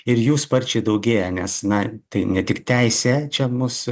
ir jų sparčiai daugėja nes na tai ne tik teisė čia mus